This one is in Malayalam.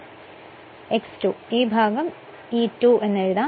അതിനാൽ ഈ ഭാഗം ആ E2 എന്ന് എഴുതാം